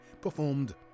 performed